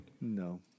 No